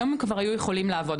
היום הם כבר היו יכולים לעבוד.